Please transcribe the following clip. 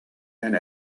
and